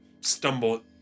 stumble